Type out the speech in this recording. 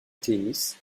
tennis